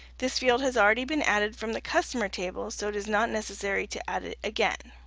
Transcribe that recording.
this field has already been added from the customer table so it is not necessary to add it again.